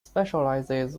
specializes